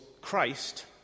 Christ